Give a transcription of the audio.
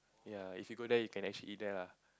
ya if you go there you can actually eat there lah